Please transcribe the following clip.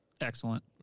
excellent